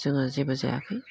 जोङो जेबो जायाखै